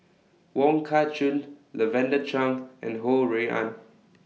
Wong Kah Chun Lavender Chang and Ho Rui An